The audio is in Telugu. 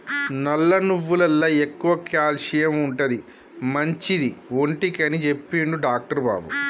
నల్ల నువ్వులల్ల ఎక్కువ క్యాల్షియం ఉంటది, మంచిది ఒంటికి అని చెప్పిండు డాక్టర్ బాబు